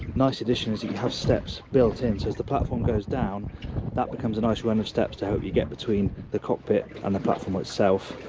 nice addition is you have steps built in, so as the platform goes down that becomes a nice run of steps to help you get between the cockpit and the platform itself.